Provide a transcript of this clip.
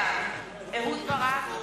בעד אהוד ברק,